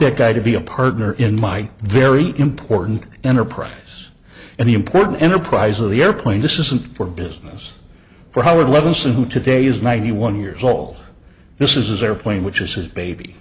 that guy to be a partner in my very important enterprise and the important enterprise of the airplane this isn't for business for howard levinson who today is ninety one years old this is his airplane which is his baby